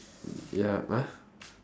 ya